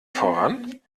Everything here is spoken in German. voran